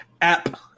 app